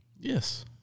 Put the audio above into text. Yes